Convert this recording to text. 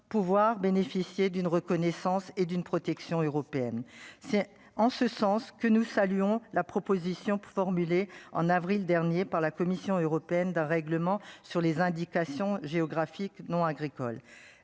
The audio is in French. pouvoir bénéficier d'une reconnaissance et d'une protection européenne, c'est en ce sens que nous saluons la proposition formulée en avril dernier par la Commission européenne d'un règlement sur les indications géographiques non agricoles,